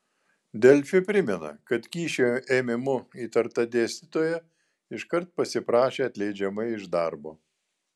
delfi primena kad kyšio ėmimu įtarta dėstytoja iškart pasiprašė atleidžiama iš darbo